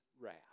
wrath